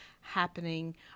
happening